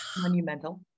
Monumental